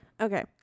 Okay